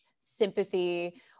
sympathy